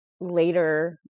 later